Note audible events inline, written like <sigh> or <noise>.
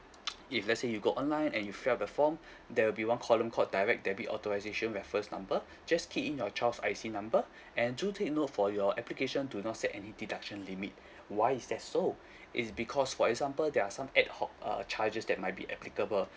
<noise> if let's say you go online and you fill up the form <breath> there will be one column called direct debit authorisation reference number <breath> just key in your child's I_C number <breath> and do take note for your application do not set any deduction limit <breath> why is that so <breath> it's because for example there are some ad hoc err charges that might be applicable <breath>